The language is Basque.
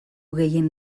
gehien